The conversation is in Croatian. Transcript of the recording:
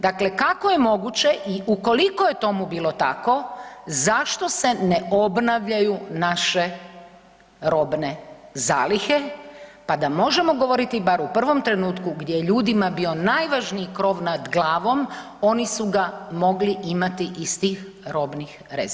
Dakle, kako je moguće i ukoliko je tomu bilo tako zašto se ne obnavljaju naše robne zalihe, pa da možemo govoriti bar u prvom trenutku gdje je ljudima bio najvažniji krov nad glavom, oni su ga mogli imati iz tih robnih rezervi?